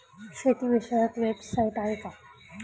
शेतीविषयक वेबसाइट आहे का?